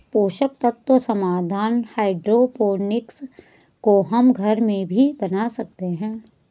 पोषक तत्व समाधान हाइड्रोपोनिक्स को हम घर में भी बना सकते हैं